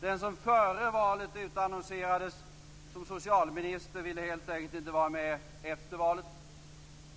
Den som före valet utannonserades som socialminister ville helt enkelt inte vara med efter valet.